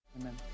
amen